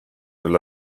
veel